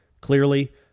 clearly